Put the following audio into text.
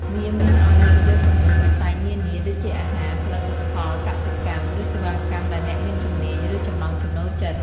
វាមានអោយរើសយកចំនួនវិស័យនានា ដូចជាអាហារ ផលិតផលកសិកម្ម ឬសេវាកម្មដែលអ្នកមានជំនាញ ឬចំណង់ចំណូលចិត្ត។